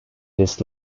this